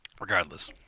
Regardless